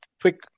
quick